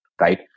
right